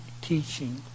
teaching